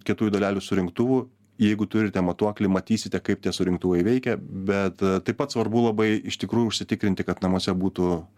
kietųjų dalelių surinktuvų jeigu turite matuoklį matysite kaip tie surinktuvai veikia bet taip pat svarbu labai iš tikrųjų užsitikrinti kad namuose būtų